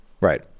Right